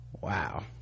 Wow